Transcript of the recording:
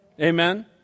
Amen